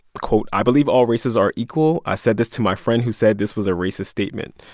quote, i believe all races are equal. i said this to my friend who said this was a racist statement.